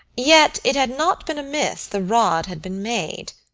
yet it had not been amiss the rod had been made,